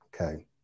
okay